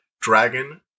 dragon